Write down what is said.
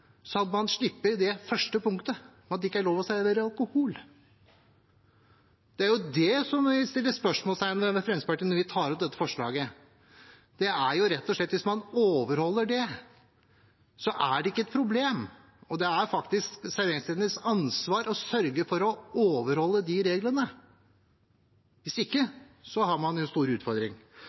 hadde man sluppet det punktet om at det ikke er lov å servere alkohol. Det er det vi i Fremskrittspartiet stiller spørsmål ved når vi tar opp dette forslaget. Det er rett og slett slik at hvis man overholder det, er det ikke et problem. Det er faktisk serveringsstedenes ansvar å sørge for å overholde de reglene – hvis ikke har man en stor utfordring.